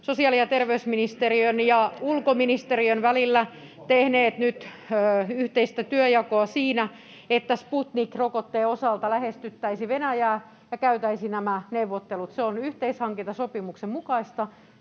sosiaali- ja terveysministeriön ja ulkoministeriön välillä tehneet nyt yhteistä työnjakoa siinä, että Sputnik-rokotteen osalta lähestyttäisiin Venäjää ja käytäisiin nämä neuvottelut. Se on yhteishankintasopimuksen mukaista,